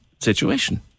situation